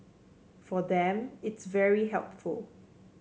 for them it's very helpful